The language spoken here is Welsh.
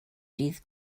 ddydd